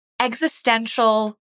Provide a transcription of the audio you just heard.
existential